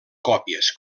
còpies